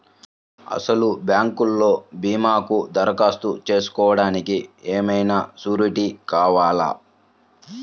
అసలు బ్యాంక్లో భీమాకు దరఖాస్తు చేసుకోవడానికి ఏమయినా సూరీటీ కావాలా?